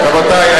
רבותי,